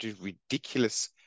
ridiculous